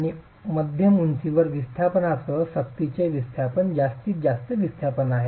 आणि मध्यम उंचीवर विस्थापनासह सक्तीचे विस्थापन जास्तीत जास्त विस्थापन आहे